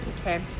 Okay